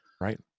Right